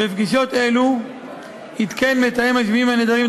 בפגישות אלו עדכן המתאם לענייני השבויים והנעדרים את